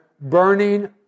burning